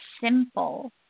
simple